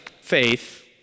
faith